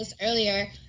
earlier